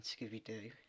Scooby-Doo